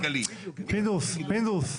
פינדרוס.